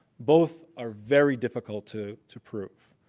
both are very difficult to to prove.